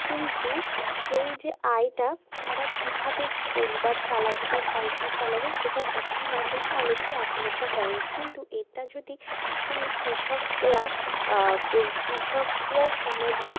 কিন্তু সেই যে আয়টা তারা কীভাবে পরিবার চালাবে বা সংসার চালাবে সেটা বুঝতে না পেরেও অনেকেই আত্মহত্যা করেন কিন্তু এটা যদি এই কৃষকরা কৃষকরা সমাজে